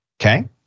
okay